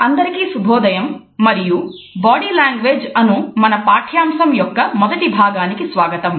అందరికీ శుభోదయం మరియు బాడీ లాంగ్వేజ్ అను మన పాఠ్యాంశం యొక్క మొదటి భాగానికి స్వాగతం